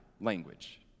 language